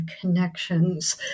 connections